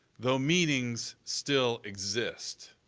though meanings still exist.